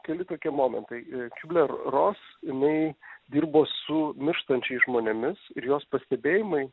keli tokie momentai kūbler ros jinai dirbo su mirštančiais žmonėmis ir jos pastebėjimai